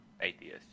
atheist